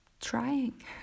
trying